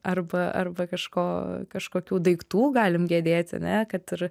arba arba kažko kažkokių daiktų galim gedėti ane kad ir